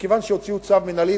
מכיוון שהוציאו צו מינהלי,